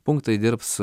punktai dirbs